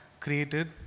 created